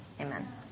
Amen